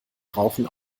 rauchen